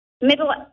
Middle